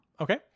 Okay